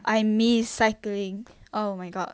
I miss cycling oh my god